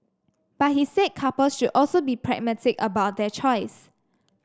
but he said couples should also be pragmatic about their choice